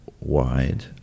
wide